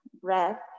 breath